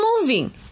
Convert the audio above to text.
moving